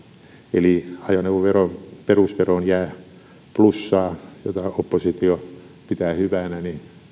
eli ajoneuvoveron perusveroon jää plussaa mitä oppositio pitää hyvänä